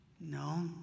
No